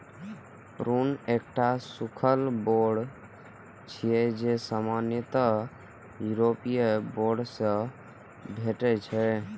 prune एकटा सूखल बेर छियै, जे सामान्यतः यूरोपीय बेर सं भेटै छै